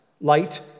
Light